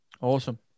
Awesome